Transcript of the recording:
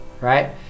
right